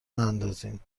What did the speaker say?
نندازین